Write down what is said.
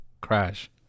Crash